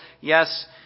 Yes